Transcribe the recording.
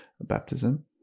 baptism